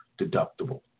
deductible